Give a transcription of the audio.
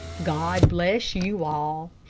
god bless you all.